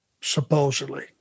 supposedly